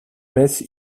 messe